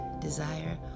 desire